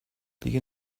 دیگه